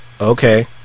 okay